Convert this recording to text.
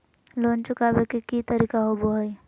Loan चुकाबे के की तरीका होबो हइ?